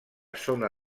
zona